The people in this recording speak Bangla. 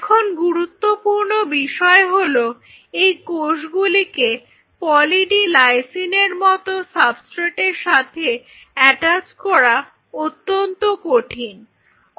এখন গুরুত্বপূর্ণ বিষয় হলো এই কোষগুলিকে পলি ডি লাইসিন এর মত সাবস্ট্রেট এর সাথে অ্যাটাচ করা অত্যন্ত কঠিন কাজ